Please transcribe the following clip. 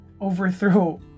overthrow